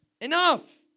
Enough